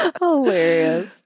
Hilarious